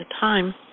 time